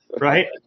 Right